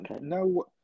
No